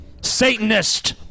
Satanist